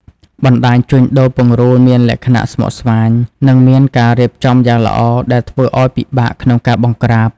បណ្ដាញជួញដូរពង្រូលមានលក្ខណៈស្មុគស្មាញ និងមានការរៀបចំយ៉ាងល្អ ដែលធ្វើឱ្យពិបាកក្នុងការបង្ក្រាប។